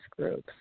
groups